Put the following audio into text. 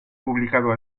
publicado